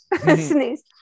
sneeze